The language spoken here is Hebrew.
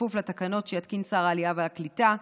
בכפוף לתקנות שיתקין שר העלייה והקליטה.